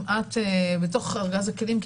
בתוך ארגז הכלים,